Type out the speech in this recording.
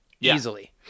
easily